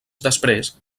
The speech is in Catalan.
després